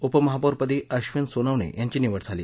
उपमहापौरपदी अब्विन सोनवणे यांची निवड झाली